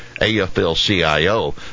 AFL-CIO